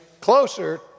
closer